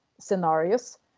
scenarios